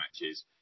matches